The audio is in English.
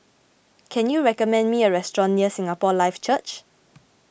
can you recommend me a restaurant near Singapore Life Church